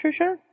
Trisha